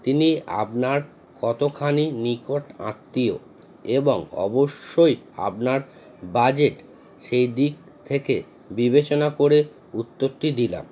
তিনি আপনার কতখানি নিকট আত্মীয় এবং অবশ্যই আপনার বাজেট সেই দিক থেকে বিবেচনা করে উত্তরটি দিলাম